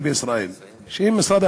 בישראל מוטלת על שני משרדים ממשלתיים,